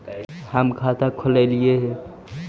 हम खाता खोलैलिये हे?